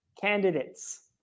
candidates